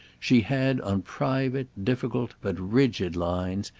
she had on private, difficult, but rigid, lines,